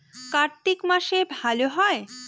কার্তিক মাসে ভালো হয়?